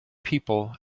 people